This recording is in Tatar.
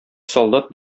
солдат